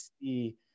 see